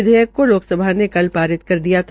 विधेयक को लोकसभा ने कल शारित कर दिया था